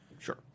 Sure